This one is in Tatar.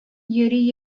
йөри